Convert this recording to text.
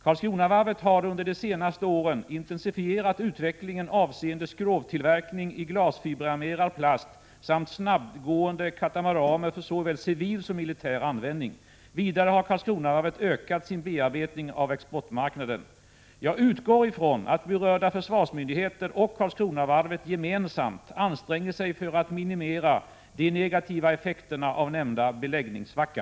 Karlskronavarvet har under de senaste åren intensifierat utvecklingen avseende skrovtillverkning i glasfiberarmerad plast samt snabbgående katamaraner för såväl civil som militär användning. Vidare har Karlskronavarvet ökat sin bearbetning av exportmarknaden. Jag utgår ifrån att berörda försvarsmyndigheter och Karlskronavarvet gemensamt anstränger sig för att minimera de negativa effekterna av nämnda beläggningssvacka.